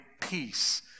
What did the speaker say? peace